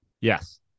Yes